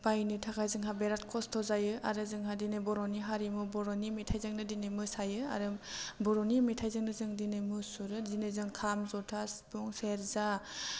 बायनो थाखाय जोंहा बिराथ खस्त' जायो आरो जोंहा दिनै बर'नि हारिमु बर'नि मेथाइजोंनो दिनै मोसायो आरो बर'नि मेथाइजोंनो जों दिनै मुसुरो दिनै जों खाम ज'था सिफुं सेरजा